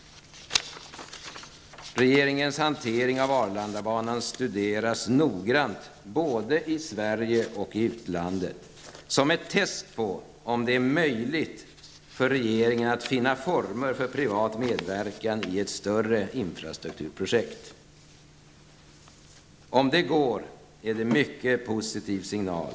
Regeringens hantering av Arlandabanan studeras noggrant i både Sverige och utlandet, som ett test på om det är möjligt för regeringen att finna former för privat medverkan i ett större infrastrukturprojekt. Om det går är det en mycket positiv signal.